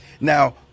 Now